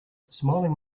smiling